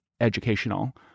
educational